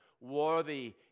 Worthy